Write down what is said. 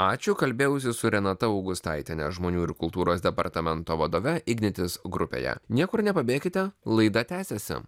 ačiū kalbėjausi su renata augustaitiene žmonių ir kultūros departamento vadove ignitis grupėje niekur nepabėkite laida tęsiasi